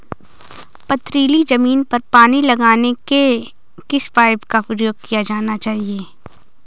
पथरीली ज़मीन पर पानी लगाने के किस पाइप का प्रयोग किया जाना चाहिए?